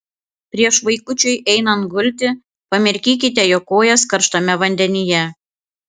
prieš vaikučiui einant gulti pamirkykite jo kojas karštame vandenyje